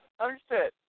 Understood